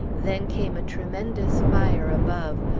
then came a tremendous fire, above,